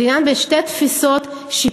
זה עניין בין שתי תפיסות שיפוטיות,